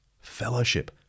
fellowship